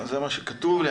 זה מה שכתוב לי,